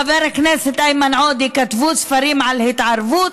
חבר הכנסת איימן עודה, כתבו ספרים על התערבות,